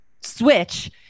switch